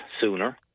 sooner